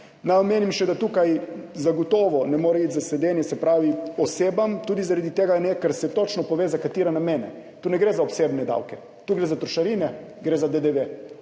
Naj omenim še, da tukaj zagotovo ne more iti za sledenje osebam, tudi zaradi tega ne, ker se točno pove, za katere namene. Tu ne gre za osebne davke, tu gre za trošarine, gre za DDV,